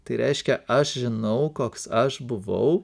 tai reiškia aš žinau koks aš buvau